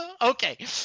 Okay